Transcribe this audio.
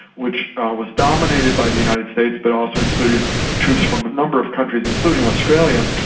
which was dominated by the united states but also included troops from a number of countries, including australia,